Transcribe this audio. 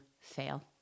fail